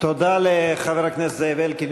תודה לחבר הכנסת זאב אלקין,